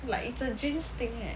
like it's a genes thing eh